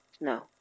no